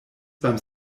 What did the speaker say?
beim